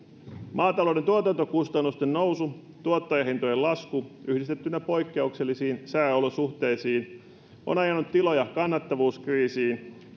maatalouden tuotantokustannusten nousu tuottajahintojen lasku yhdistettynä poikkeuksellisiin sääolosuhteisiin on ajanut tiloja kannattavuuskriisiin